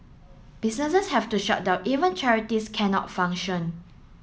businesses have to shut down even charities cannot function